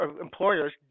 employers